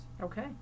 Okay